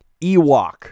Ewok